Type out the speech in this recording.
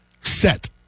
Set